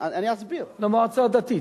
למועצה הדתית?